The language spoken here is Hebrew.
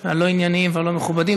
הלא-ענייניים והלא-מכובדים.